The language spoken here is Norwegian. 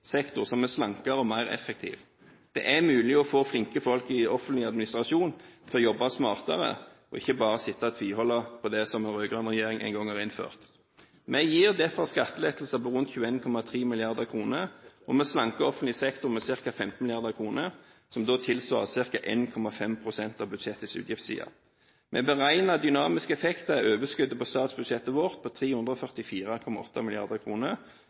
sektor som er slankere og mer effektiv. Det er mulig å få flinke folk i offentlig administrasjon til å jobbe smartere, ikke bare sitte og tviholde på det som den rød-grønne regjeringen en gang har innført. Vi gir derfor skattelettelser på rundt 21,3 mrd. kr, og vi slanker offentlig sektor med ca. 15 mrd. kr, som tilsvarer ca. 1,5 pst. av budsjettets utgiftsside. Vi beregner dynamiske effekter av overskuddet på statsbudsjettet vårt på 344,8